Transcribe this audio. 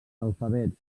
alfabets